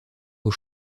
aux